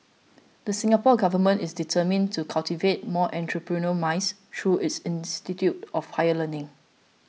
the Singapore Government is determined to cultivate more entrepreneurial minds through its institutes of higher learning